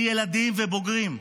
ילדים ובוגרים ומבוגרים.